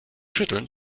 schütteln